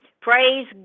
Praise